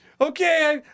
Okay